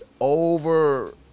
over